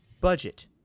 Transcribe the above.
budget